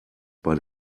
bei